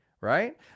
right